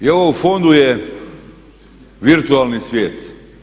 I ovo u fondu je virtualni svijet.